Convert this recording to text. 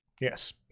Yes